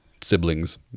siblings